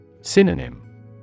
Synonym